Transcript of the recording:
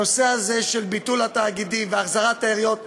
הנושא הזה של ביטול התאגידים והחזרת העיריות נועד,